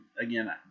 again